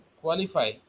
qualify